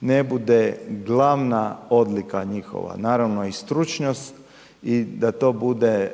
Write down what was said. ne bude glavna odlika njihova, naravno i stručnost i da to bude